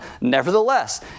nevertheless